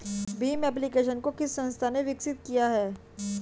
Bhim application को किस संस्था ने विकसित किया है?